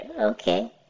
Okay